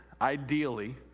ideally